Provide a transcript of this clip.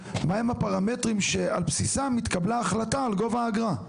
מהם הפרמטרים שעל בסיסם התקבלה החלטה על גובה האגרה?